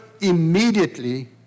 immediately